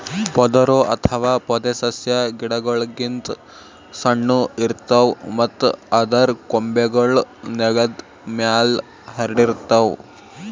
ಪೊದರು ಅಥವಾ ಪೊದೆಸಸ್ಯಾ ಗಿಡಗೋಳ್ ಗಿಂತ್ ಸಣ್ಣು ಇರ್ತವ್ ಮತ್ತ್ ಅದರ್ ಕೊಂಬೆಗೂಳ್ ನೆಲದ್ ಮ್ಯಾಲ್ ಹರ್ಡಿರ್ತವ್